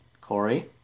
Corey